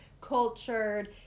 cultured